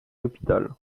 hôpital